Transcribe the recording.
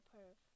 Perf